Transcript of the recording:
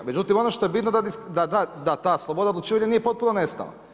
Međutim, ono što je bitno da ta sloboda odlučivanje nije potpuno nestala.